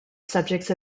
subjects